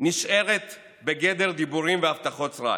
נשארת בגדר דיבורים והבטחות סרק.